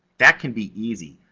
that can be easy.